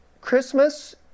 Christmas